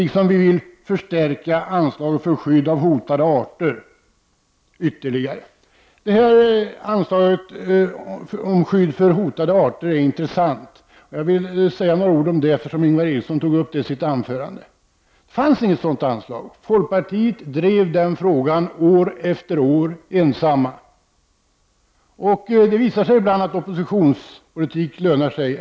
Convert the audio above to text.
Dessutom önskar vi en förstärkning av anslaget för skydd av hotade arter. Anslaget för skydd av hotade arter är intressant, och jag vill säga några ord om detta, eftersom Ingvar Eriksson tog upp frågan i sitt anförande. Det fanns i början inget sådant anslag. Folkpartiet drev ensamt frågan år efter år. Ibland visar det sig att oppositionspolitik lönar sig.